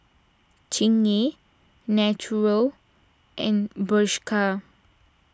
Chingay Naturel and Bershka